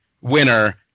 winner